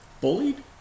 bullied